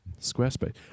Squarespace